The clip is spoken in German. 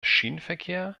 schienenverkehr